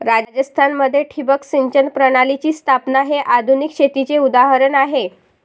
राजस्थान मध्ये ठिबक सिंचन प्रणालीची स्थापना हे आधुनिक शेतीचे उदाहरण आहे